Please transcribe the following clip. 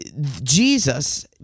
Jesus